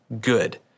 good